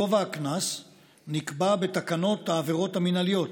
גובה הקנס נקבע בתקנות העבירות המינהליות